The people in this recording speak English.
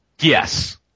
Yes